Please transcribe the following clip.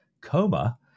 coma